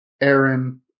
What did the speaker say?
Aaron